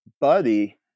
buddy